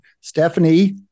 Stephanie